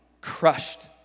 crushed